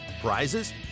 prizes